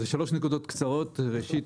אז שלוש נקודות קצרות: ראשית,